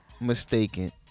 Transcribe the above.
mistaken